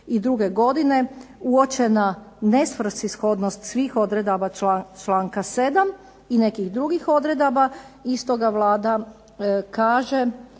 od '92. godine uočena nesvrsishodnost svih odredaba članka 7. i nekih drugih odredaba. I stoga Vlada kaže